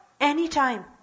anytime